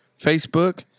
Facebook